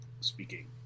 speaking